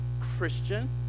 Christian